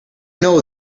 know